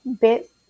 bit